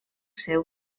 seu